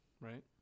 right